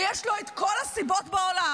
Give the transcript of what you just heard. ויש לו את כל הסיבות בעולם?